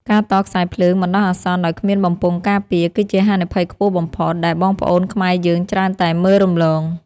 ការតខ្សែភ្លើងបណ្តោះអាសន្នដោយគ្មានបំពង់ការពារ គឺជាហានិភ័យខ្ពស់បំផុតដែលបងប្អូនខ្មែរយើងច្រើនតែមើលរំលង។